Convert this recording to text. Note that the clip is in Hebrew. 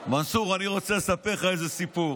מנסור, אני רוצה לספר לך איזה סיפור.